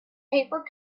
paper